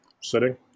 sitting